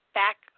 back